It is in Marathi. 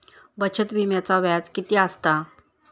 बचत विम्याचा व्याज किती असता?